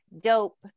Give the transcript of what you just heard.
Dope